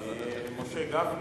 משה גפני?